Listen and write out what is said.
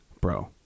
bro